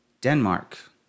Denmark